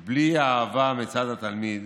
כי בלי האהבה מצד התלמיד